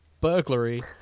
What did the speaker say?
Burglary